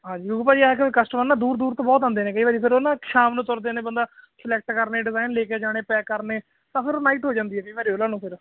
ਹਾਂਜੀ ਕਸਟਮਰ ਨਾ ਦੂਰ ਦੂਰ ਤੋਂ ਬਹੁਤ ਆਉਂਦੇ ਨੇ ਕਈ ਵਾਰੀ ਫਿਰ ਉਹਨਾ ਸ਼ਾਮ ਨੂੰ ਤੁਰਦੇ ਨੇ ਬੰਦਾ ਸਲੈਕਟ ਕਰਨੇ ਡਿਜ਼ਾਇਨ ਲੈ ਕੇ ਜਾਣੇ ਪੈਕ ਕਰਨੇ ਤਾਂ ਫਿਰ ਨਾਈਟ ਹੋ ਜਾਂਦੀ ਕਈ ਵਾਰ ਉਹਨਾਂ ਨੂੰ ਫਿਰ